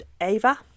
Ava